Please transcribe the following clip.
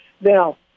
Now